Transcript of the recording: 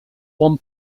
one